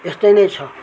यस्तै नै छ